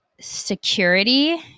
security